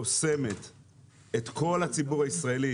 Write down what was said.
חובתם של חברי הכנסת לעשות את תפקידם,